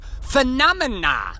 phenomena